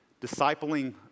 Discipling